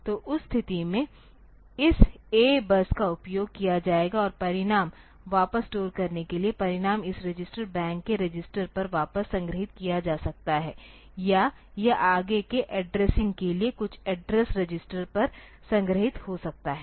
तो उस स्थिति में इस A बस का उपयोग किया जाएगा और परिणाम वापस स्टोर करने के लिए परिणाम इस रजिस्टर बैंक के रजिस्टर पर वापस संग्रहीत किया जा सकता है या यह आगे के एड्रेसिंग के लिए कुछ एड्रेस रजिस्टर पर संग्रहीत हो सकता है